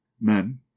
Men